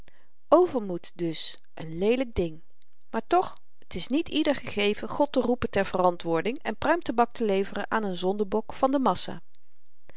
overmoed dus n leelyk ding maar toch t is niet ieder gegeven god te roepen ter verantwoording en pruimtabak te leveren aan n zondebok van de massa